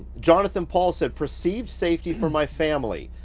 jonathon paul said, perceived safety for my family,